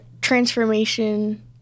transformation